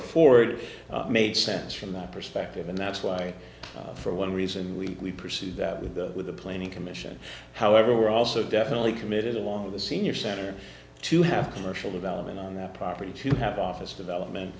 afford it made sense from that perspective and that's why one reason we pursued that with the with the planning commission however we're also definitely committed along with the senior center to have commercial development on the property to have office development